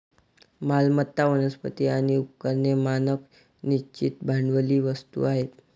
मालमत्ता, वनस्पती आणि उपकरणे मानक निश्चित भांडवली वस्तू आहेत